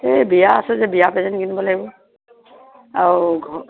এই বিয়া আছে যে বিয়া পেজেন্ট কিনিব লাগিব আৰু ঘ